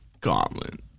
gauntlet